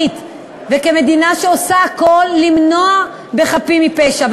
ומדינה שעושה הכול למנוע פגיעה בחפים מפשע,